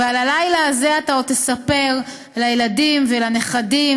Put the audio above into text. ועל הלילה הזה אתה עוד תספר לילדים ולנכדים